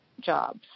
jobs